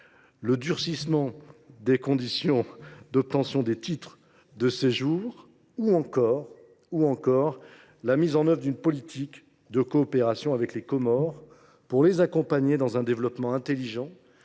un durcissement des conditions d’obtention des titres de séjour ; ou encore la conduite d’une politique de coopération avec les Comores pour les accompagner dans un développement intelligent